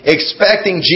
Expecting